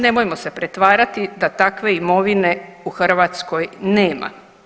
Nemojmo se pretvarati da takve imovine u Hrvatskoj nema.